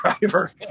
driver